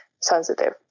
sensitive